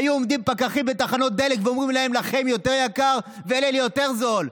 היו עומדים פקחים בתחנות דלק ואומרים להם: לכם יותר יקר ולאלה יותר זול.